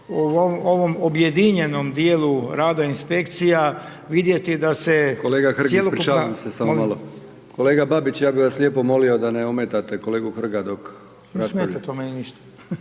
u ovom objedinjenom dijelu rada inspekcija vidjeti da se …/Upadica potpredsjednik: Kolega Hrg, ispričavam se, samo malo, kolega Babić, ja bi vas lijepo molio da ne ometate kolegu Hrga dok raspravlja/…ne smeta to meni ništa.